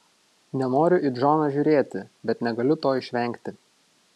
nenoriu į džoną žiūrėti bet negaliu to išvengti